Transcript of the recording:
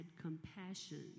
compassion